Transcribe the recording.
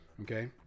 Okay